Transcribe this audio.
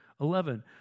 Eleven